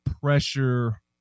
pressure